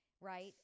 right